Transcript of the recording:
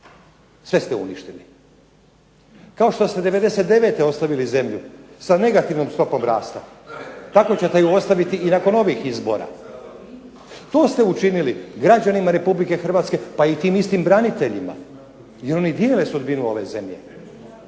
Sve ste uništili. Kao što ste '99.-te ostavili zemlju sa negativnom stopom rasta, tako ćete je ostaviti i nakon ovih izbora. To ste učinili građanima Republike Hrvatske pa i tim istim braniteljima jer oni dijele sudbinu ove zemlje.